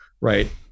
right